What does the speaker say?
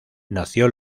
nació